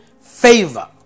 favor